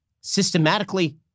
systematically